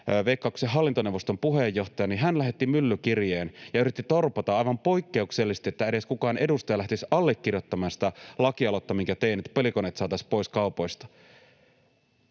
hallintoneuvoston puheenjohtaja, lähetti myllykirjeen ja yritti torpata aivan poikkeuksellisesti sen, että edes kukaan edustaja lähtisi allekirjoittamaan sitä lakialoitetta, minkä tein, että pelikoneet saataisiin pois kaupoista.